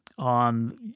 on